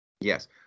Yes